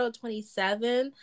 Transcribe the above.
27